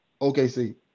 OKC